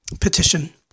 petition